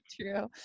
true